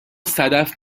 صدف